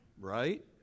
Right